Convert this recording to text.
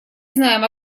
знаем